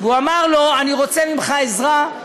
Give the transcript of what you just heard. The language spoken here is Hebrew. ואמר לו" אני רוצה ממך עזרה.